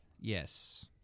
Yes